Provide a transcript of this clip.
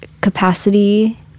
capacity